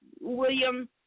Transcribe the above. William